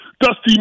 Dusty